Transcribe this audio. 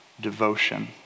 devotion